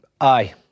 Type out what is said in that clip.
Aye